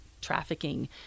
trafficking